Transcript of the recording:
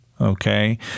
okay